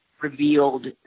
revealed